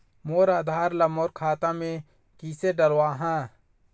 मोर आधार ला मोर खाता मे किसे डलवाहा?